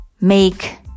make